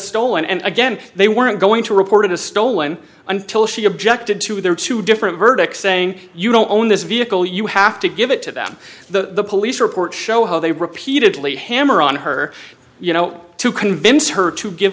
stolen and again they weren't going to reported as stolen until she objected to their two different verdict saying you don't own this vehicle you have to give it to them the police report show how they repeatedly hammer on her you know to convince her to give